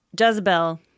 Jezebel